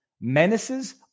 menaces